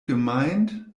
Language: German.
gemeint